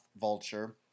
vulture